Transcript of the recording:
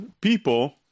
people